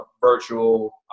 virtual